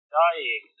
dying